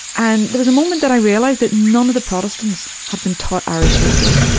and there was a moment that i realized that none of the protestants had been taught irish history.